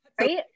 right